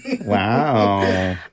Wow